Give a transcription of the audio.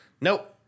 Nope